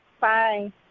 Bye